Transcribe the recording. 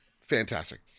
Fantastic